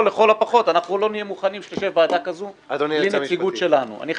או לכל הפחות אנחנו לא נהיה מוכנים שתהיה ועדה כזו בלי נציגות שלנו.